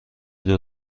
دور